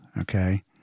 okay